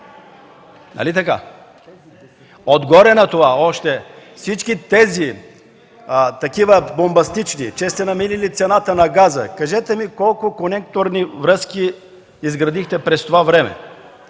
Отгоре на това при всички такива бомбастични твърдения, че сте намали цената на газа, кажете ми колко конекторни връзки изградихте през това време?